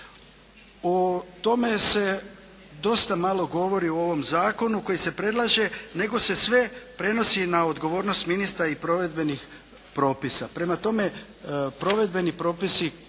O tome se dosta malo govori u ovom zakonu koji se predlaže nego se sve prenosi na odgovornost ministra i provedbenih propisa. Prema tome, provedbeni propisi koje se treba